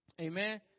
Amen